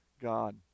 God